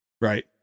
right